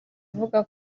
avuga